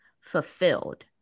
fulfilled